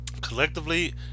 collectively